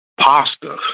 pasta